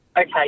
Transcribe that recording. Okay